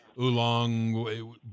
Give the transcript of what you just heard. oolong